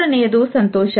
ಮೂರನೆಯದು ಸಂತೋಷ